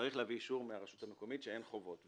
צריך להביא אישור מהרשות המקומית שאין חובות.